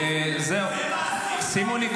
שמענו.